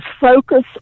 focus